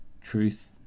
truth